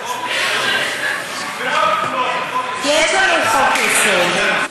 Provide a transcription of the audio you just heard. אבל אנחנו גם קובעים את הגבולות בחוק-יסוד.